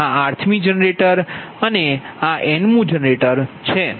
આ rth મી generator અને આ ન મુ જનરેટર છે